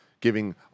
giving